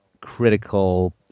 critical